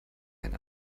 ein